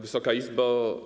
Wysoka Izbo!